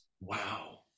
wow